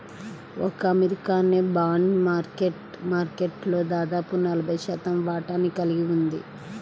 ఒక్క అమెరికానే bond market మార్కెట్లో దాదాపు నలభై శాతం వాటాని కలిగి ఉంది